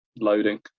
loading